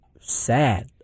sad